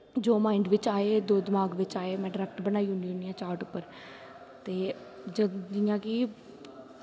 जो माइंड बिच्च आए दमाक बिच्च आए में ड्रैक्ट बनाई ओड़नी होन्नी आं चार्ट उप्पर ते जियां कि